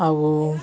ଆଉ